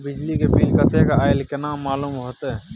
बिजली के बिल कतेक अयले केना मालूम होते?